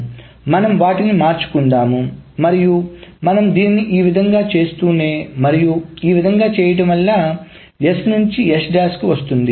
కాబట్టి మనం వాటిని మార్చుకుకుందాం మరియు మనం దీనిని ఈ విధంగా చేస్తూనే ఉందాము మరియు ఈ విధముగా చేయటం వల్ల S నుంచి వస్తుంది